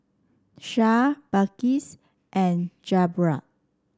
Shah Balqis and Zamrud